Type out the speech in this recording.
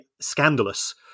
scandalous